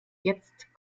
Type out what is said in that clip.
jetzt